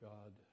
God